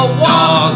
walk